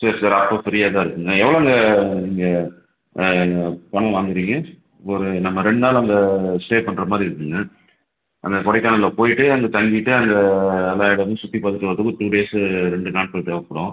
சரி சார் அப்போ ஃப்ரீயாக தான் இருக்குதுங்க எவ்வளோங்க நீங்கள் பணம் வாங்குறீங்க ஒரு நம்ம ரெண்டு நாள் அங்கே ஸ்டே பண்ணுற மாதிரி இருக்குதுங்க அந்த கொடைக்கானலில் போய்ட்டு அங்கே தங்கிட்டு அங்கே எல்லா இடமும் சுற்றி பார்த்துட்டு வர்றதுக்கு ஒரு டூ டேஸ் ரெண்டு நாட்கள் தேவைப்படும்